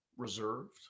Reserved